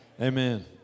Amen